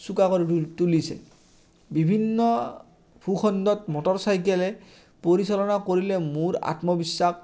চোকা কৰি ত তুলিছে বিভিন্ন ভূখণ্ডত মটৰচাইকেলে পৰিচালনা কৰিলে মোৰ আত্মবিশ্বাস